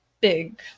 big